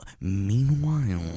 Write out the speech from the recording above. Meanwhile